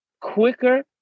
quicker